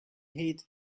hid